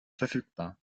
verfügbar